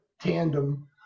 tandem